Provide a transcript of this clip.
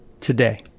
today